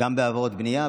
גם בעבירות בנייה,